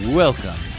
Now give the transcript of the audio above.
welcome